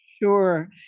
Sure